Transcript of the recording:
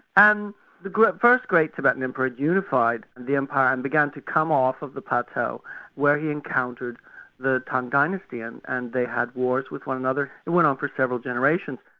and the first great tibetan empire had unified the empire and began to come off of the plateau where he encountered the tang dynasty, and and they had wars with one another it went on for several generations.